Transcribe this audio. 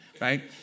right